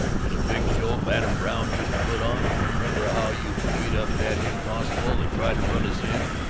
to the big show madame brown used to put on? remember how you beat up that hick constabule that tried to run us in,